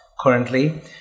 currently